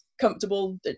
comfortable